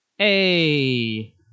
hey